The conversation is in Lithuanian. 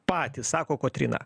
patys sako kotryna